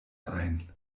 ein